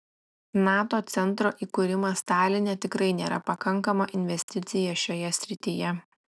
nato centro įkūrimas taline tikrai nėra pakankama investicija šioje srityje